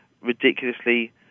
ridiculously